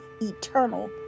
eternal